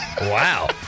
Wow